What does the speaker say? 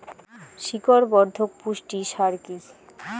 শিকড় বর্ধক পুষ্টি সার কি?